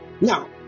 Now